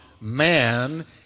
man